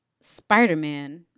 Spider-Man